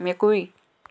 মেকুৰী